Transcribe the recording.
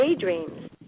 daydreams